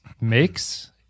makes